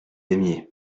aimiez